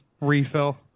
refill